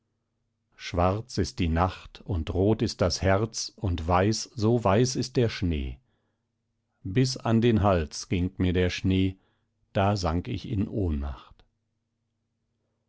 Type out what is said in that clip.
schwarz ist die nacht und rot ist das herz und weiß so weiß ist der schnee bis an den hals ging mir der schnee da sank ich in ohnmacht